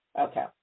Okay